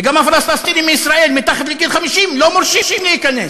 וגם הפלסטינים מישראל מתחת לגיל 50 לא מורשים להיכנס.